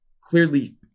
clearly